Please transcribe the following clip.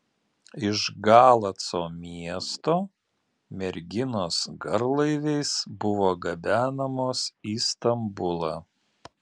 iš galaco miesto merginos garlaiviais buvo gabenamos į stambulą